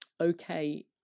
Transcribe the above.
Okay